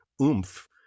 oomph